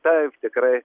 taip tikrai